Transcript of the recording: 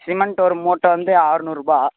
cement ஒரு மூட்டை வந்து ஆற்நூறுபா